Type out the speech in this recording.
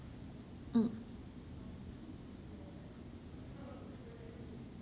mm